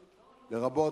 לרבות,